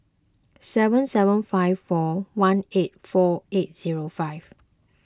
seven seven five four one eight four eight zero five